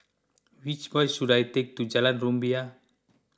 which bus should I take to Jalan Rumbia